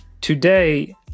Today